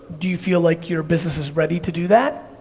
do you feel like your business is ready to do that?